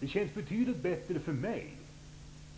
Det känns betydligt bättre för mig